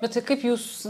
bet tai kaip jūs